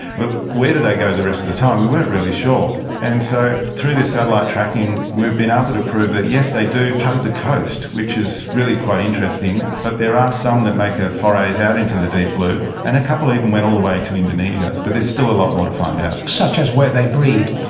but where do they go the rest of the time? we weren't really sure. and so through this satellite tracking we've been ah able to prove that yes, they do hug the coast, which is really quite interesting, but there are some that make ah forays out into the deep blue and a couple even went all the way to indonesia. indonesia. but there's still a lot more to find out. such as where they breed?